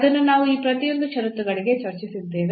ಅದನ್ನು ನಾವು ಈ ಪ್ರತಿಯೊಂದು ಷರತ್ತುಗಳಗಳಿಗೆ ಚರ್ಚಿಸಿದ್ದೇವೆ